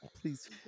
please